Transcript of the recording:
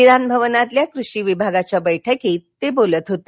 विधानभवनातील कषी विभागाच्या बैठकीत ते बोलत होते